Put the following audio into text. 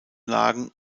lagen